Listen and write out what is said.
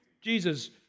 Jesus